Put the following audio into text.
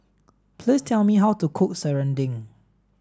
please tell me how to cook serunding